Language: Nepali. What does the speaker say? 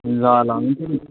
ल ल हुन्छ नि